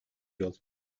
yol